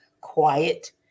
quiet